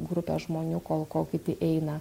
grupę žmonių kol kol kiti eina